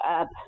up